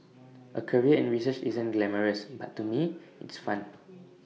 A career in research isn't glamorous but to me it's fun